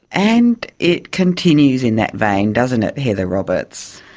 and it continues in that vein, doesn't it, heather roberts.